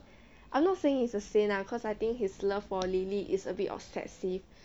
I'm not saying it's the same lah cause I think his love for lily is a bit offensive